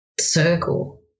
circle